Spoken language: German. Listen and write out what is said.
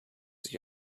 sich